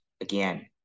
again